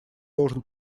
должен